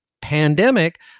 pandemic